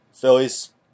Phillies